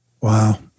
Wow